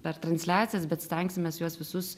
per transliacijas bet stengsimės juos visus